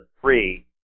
three